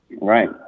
Right